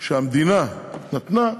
שהמדינה נתנה,